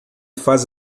faz